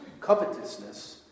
covetousness